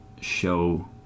show